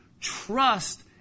trust